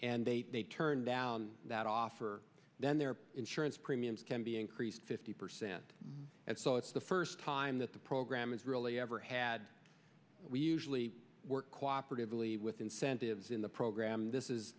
and they turn down that offer then their insurance premiums can be increased fifty percent and so it's the first time that the program is really ever had we usually work cooperatively with incentives in the program this is